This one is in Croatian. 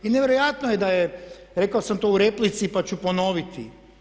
I nevjerojatno je da je, rekao sam to u replici, pa ću ponoviti.